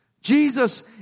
Jesus